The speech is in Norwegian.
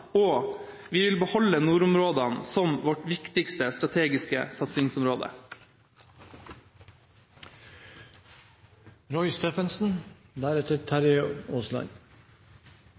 og vi vil beholde nordområdene som vårt viktigste strategiske